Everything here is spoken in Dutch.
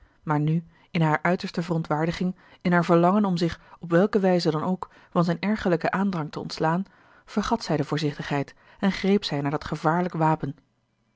maar nu in hare uiterste verontwaardiging in haar verlangen om zich op welke wijze dan ook van zijnen ergerlijken aandrang te ontslaan vergat zij de voorzichtigheid en greep zij naar dat gevaarlijk wapen